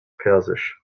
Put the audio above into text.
persisch